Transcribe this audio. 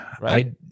Right